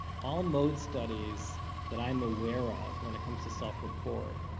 all mode studies that i'm aware of, when it comes to self-report,